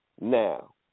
now